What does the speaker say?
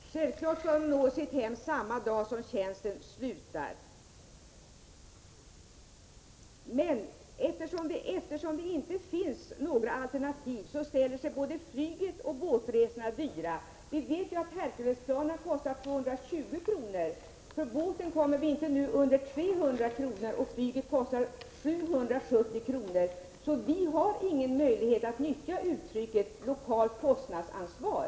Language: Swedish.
Prot. 1985/86:144 Herr talman! Självfallet skall de värnpliktiga nå sitt hem samma dag som 16 maj 1986 tjänsten slutar. Eftersom det inte finns några alternativ ställer sig både a Om alternativ till det flygresorna och båtresorna dyra. Resan med Herculesplanet kostar 220 kr., öbligatöriskåskol med båt kostar det inte under 300 kr. och med vanligt flyg kostar det 770 kr. ad Vi har alltså ingen möjlighet att nyttja s.k. lokalt kostnadsansvar.